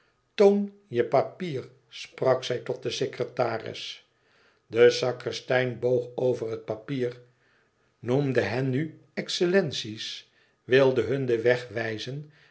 toon je papier sprak zij tot den secretaris de sacristein boog over het papier noemde hen nu excellentie's wilde hun den